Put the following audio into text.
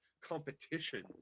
competition